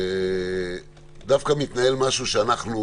דווקא מתנהל משהו שאנחנו